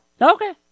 Okay